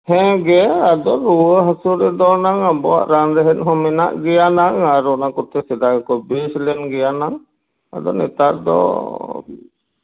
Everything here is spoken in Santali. ᱦᱮᱸᱜᱮ ᱟᱫᱚ ᱨᱩᱣᱟᱹ ᱦᱟᱹᱥᱩ ᱨᱮᱫᱚ ᱮᱱᱟᱝ ᱟᱵᱚᱣᱟᱜ ᱨᱟᱱ ᱨᱮᱦᱮᱫ ᱦᱚᱸ ᱢᱮᱱᱟᱜ ᱜᱮᱭᱟ ᱱᱟᱝ ᱟᱨ ᱚᱱᱟ ᱠᱚᱛᱮ ᱥᱮᱫᱟᱭ ᱠᱚ ᱵᱮᱥ ᱞᱮᱱ ᱜᱮᱭᱟᱱᱟᱝ ᱟᱫᱚ ᱱᱮᱛᱟᱨ ᱫᱚ